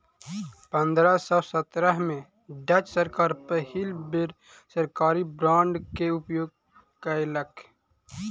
पंद्रह सौ सत्रह में डच सरकार पहिल बेर सरकारी बांड के उपयोग कयलक